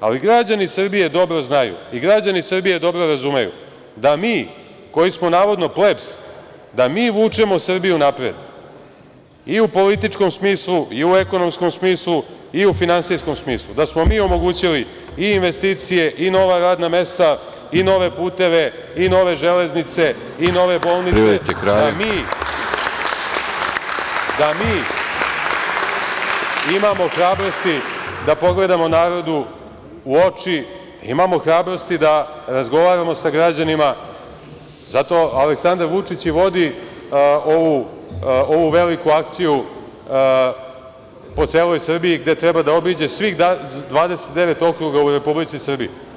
ali građani Srbije dobro znaju i građani Srbije dobro razumeju da mi koji smo navodno plebs da mi vučemo Srbiju napred i u političkom smislu i u ekonomskom smislu i u finansijskom smislu, da smo mi omogućili investicije, nova radna mesta, nove puteve, nove železnice, nove bolnice, da mi imamo hrabrosti da pogledamo narodu u oči, imamo hrabrosti da razgovaramo sa građanima, zato Aleksandar Vučić i vodi ovu veliku akciju po celoj Srbiji, gde treba da obiđe svih 29 okruga u Republici Srbiji.